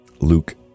Luke